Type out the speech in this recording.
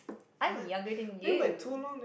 I'm younger than you